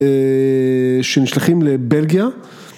שנשלחים לבלגיה.